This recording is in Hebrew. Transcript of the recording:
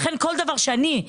לכן כל דבר שאני,